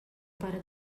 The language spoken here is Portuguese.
para